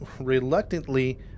reluctantly